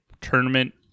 tournament